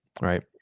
right